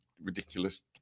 ridiculous